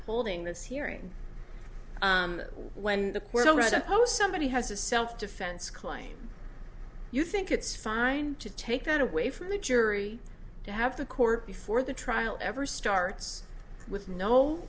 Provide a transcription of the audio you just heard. holding this hearing when the puerto rico somebody has a self defense claim you think it's fine to take that away from the jury to have to court before the trial ever starts with no